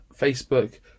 facebook